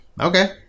Okay